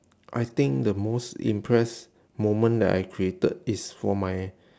I think the most impressed moment that I created is for my